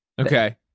Okay